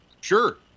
Sure